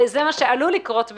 וזה מה שעלול לקרות,